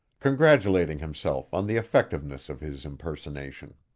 congratulating himself on the effectiveness of his impersonation.